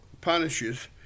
punishes